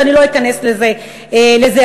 ואני לא אכנס לזה עכשיו.